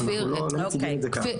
אנחנו לא מציגים את זה כך.